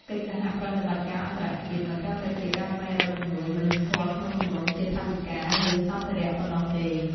កិច្ចសហប្រតិបត្តិការអន្តរជាតិមិនត្រឹមតែជាការស្វែងរកជំនួយមនុស្សធម៌ក្នុងទម្រង់ជាថវិកា ឬសម្ភារៈប៉ុណ្ណោះទេ។